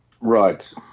Right